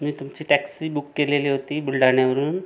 मी तुमची taxi book केलेली होती बुलढाण्यावरून